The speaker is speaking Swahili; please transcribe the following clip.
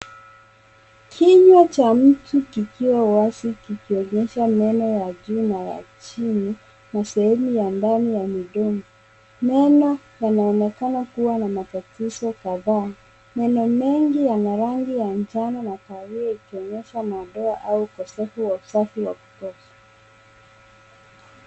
Kinywa cha mtu kikiwa wazi kikionyesha meno ya juu na ya chini na sehemu ya ndani ya mdomo. Meno yanaonekana kuwa na matatizo kadhaa. Meno mengi yana rangi ya njano na kahawia ikionyesha madoa au ukosefu wa usafi wa kutosha.